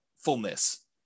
fullness